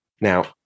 Now